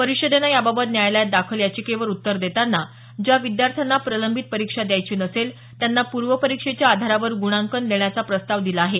परिषदेनं याबाबत न्यायालयात दाखल याचिकेवर उत्तर देताना ज्या विद्यार्थ्यांना प्रलंबित परीक्षा द्यायची नसेल त्यांना पूर्व परीक्षेच्या आधारावर गुणांकन देण्याचा प्रस्ताव दिला आहे